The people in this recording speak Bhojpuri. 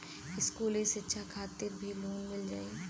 इस्कुली शिक्षा खातिर भी लोन मिल जाई?